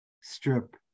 Strip